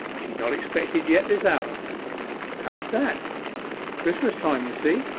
she is not expected yet this hour how is that christmas-time, you see,